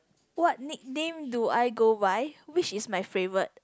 what nickname do I go by which is my favourite